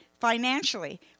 financially